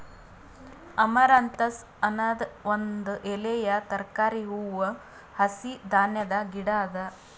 amaranthus ಅನದ್ ಒಂದ್ ಎಲೆಯ ತರಕಾರಿ, ಹೂವು, ಹಸಿ ಧಾನ್ಯದ ಗಿಡ ಅದಾ